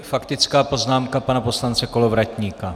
Faktická poznámka pana poslance Kolovratníka.